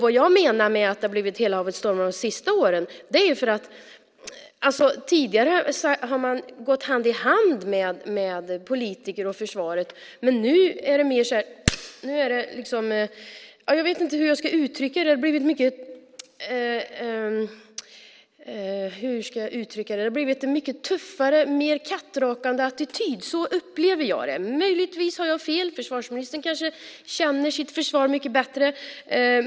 Vad jag menar med att det har blivit hela havet stormar de senaste åren är att politiker och försvaret tidigare har gått hand i hand, medan det nu har blivit en mycket tuffare och mer kattrakande attityd. Så upplever jag det. Möjligtvis har jag fel. Försvarsministern kanske känner sitt försvar mycket bättre.